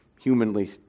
humanly